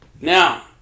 Now